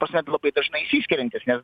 prasme labai dažnai išsiskiriantys nes